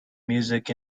music